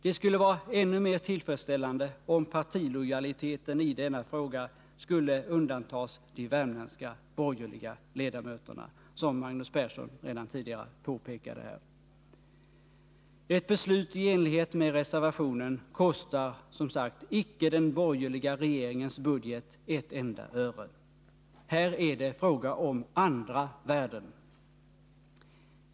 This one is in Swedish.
Det skulle vara ännu mer tillfredsställande om partilojaliteten i denna fråga kunde undantas de värmländska borgerliga ledamöterna, som Magnus Persson redan tidigare påpekade. Ett beslut i enlighet med reservationen kostar som sagt icke den borgerliga regeringens budget ett enda öre. Här är det fråga om andra värden.